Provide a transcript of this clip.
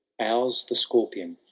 ours the scorpion,